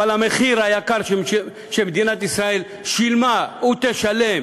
אבל המחיר היקר שמדינת ישראל שילמה ותשלם